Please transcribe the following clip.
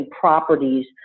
properties